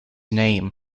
name